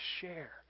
share